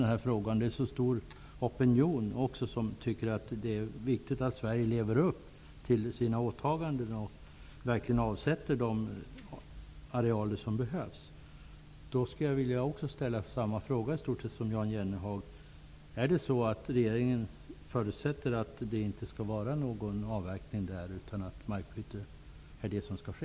Det finns en stor opinion som tycker att det är viktigt att Sverige lever upp till sina åtaganden och verkligen avsätter till reservat de arealer som behövs. Jag skulle vilja ställa samma fråga som Jan Jennehag: Förutsätter regeringen att det inte är avverkning utan markbyte som skall ske?